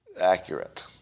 accurate